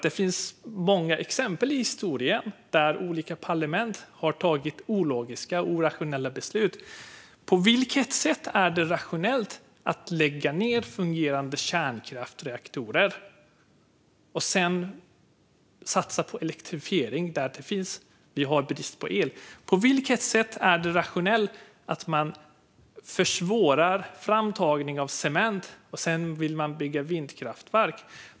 Det finns många exempel i historien där olika parlament har tagit ologiska och irrationella beslut. På vilket sätt är det rationellt att lägga ned fungerande kärnkraftsreaktorer och sedan satsa på elektrifiering när vi har brist på el? På vilket sätt är det rationellt att försvåra framtagning av cement och sedan vilja bygga vindkraftverk?